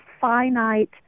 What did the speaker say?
finite